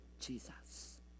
Jesus